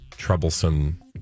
Troublesome